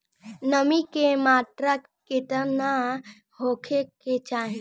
नमी के मात्रा केतना होखे के चाही?